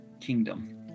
kingdom